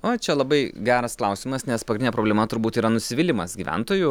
oi čia labai geras klausimas nes problema turbūt yra nusivylimas gyventojų